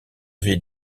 ville